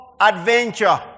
adventure